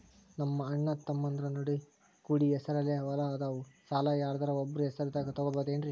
ನಮ್ಮಅಣ್ಣತಮ್ಮಂದ್ರ ನಡು ಕೂಡಿ ಹೆಸರಲೆ ಹೊಲಾ ಅದಾವು, ಸಾಲ ಯಾರ್ದರ ಒಬ್ಬರ ಹೆಸರದಾಗ ತಗೋಬೋದೇನ್ರಿ?